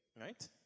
right